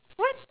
what